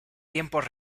tiempos